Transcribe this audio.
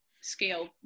scale